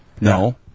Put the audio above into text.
No